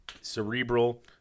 cerebral